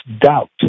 doubt